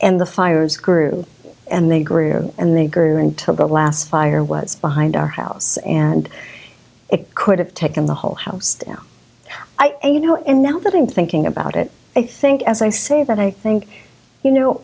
and the fires grew and they grew and they grew until the last fire was behind our house and it could have taken the whole house aide know and now that i'm thinking about it i think as i say that i think you know